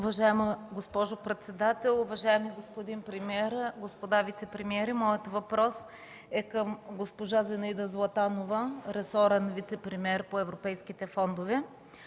Уважаема госпожо председател, уважаеми господин премиер, господа вицепремиери! Моят въпрос е към госпожа Зинаида Златанова, ресорен вицепремиер по европейските фондове.